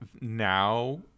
now